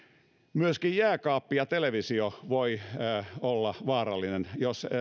myöskin jääkaappi ja televisio voivat olla vaarallisia jos